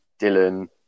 Dylan